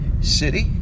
City